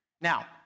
Now